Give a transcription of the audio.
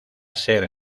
ser